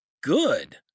good